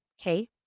Okay